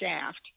shaft